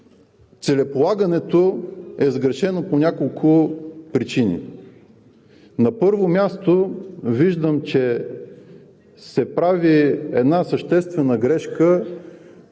Целеполагането е сгрешено по няколко причини. На първо място, виждам, че се прави една съществена грешка